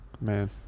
Man